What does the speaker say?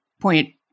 point